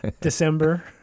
December